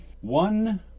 one